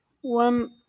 one